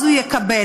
הוא יקבל,